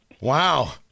Wow